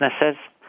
businesses